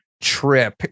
trip